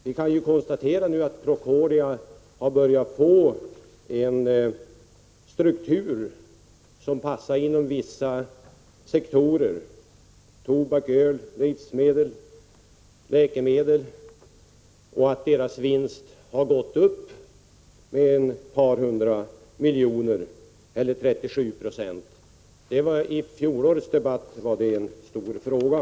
Vi kan konstatera att Procordia börjat få en struktur som passar inom vissa sektorer, tobak, öl, livsmedel, läkemedel, och att vinsten gått upp med ett par hundra miljoner eller 37 2. I fjolårets debatt var det en stor fråga.